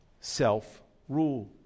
Self-rule